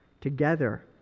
together